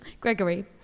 Gregory